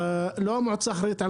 במציאות שקיימת בנגב לא המועצה אחראית על